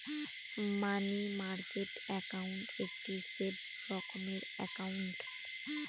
মানি market account একটি safe রকমের account